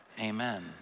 amen